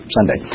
Sunday